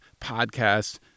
podcast